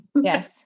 Yes